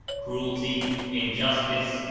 cruelty, injustice,